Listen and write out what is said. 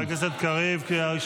חבר הכנסת קריב, קריאה ראשונה.